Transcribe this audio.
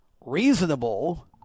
reasonable